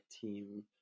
team